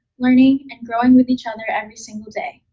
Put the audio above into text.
learning, and growing with each other every single day.